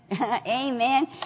Amen